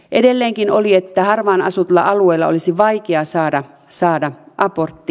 edelleenkin oli että harvaan asutulla alueella olisi vaikea saada aborttia